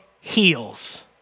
heals